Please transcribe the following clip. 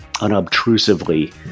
unobtrusively